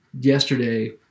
yesterday